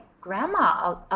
grandma